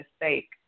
mistake